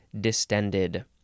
distended